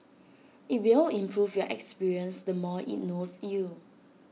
IT will improve your experience the more IT knows you